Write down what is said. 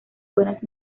buenas